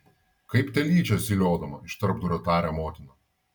kaip telyčia zyliodama iš tarpdurio taria motina